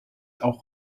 auch